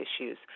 issues